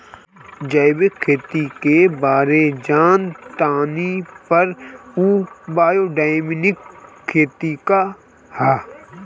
जैविक खेती के बारे जान तानी पर उ बायोडायनमिक खेती का ह?